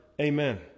Amen